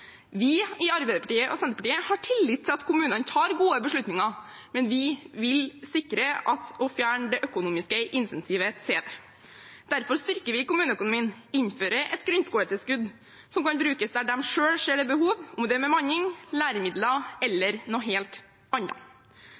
Vi i Arbeiderpartiet og Senterpartiet har tillit til at kommunene tar gode beslutninger, men vi vil sikre det økonomiske insentivet til det. Derfor styrker vi kommuneøkonomien og innfører et grunnskoletilskudd, som kan brukes der man selv ser det er behov – om det gjelder bemanning, læremidler eller noe helt